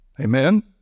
Amen